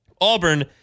Auburn